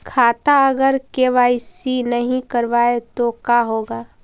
खाता अगर के.वाई.सी नही करबाए तो का होगा?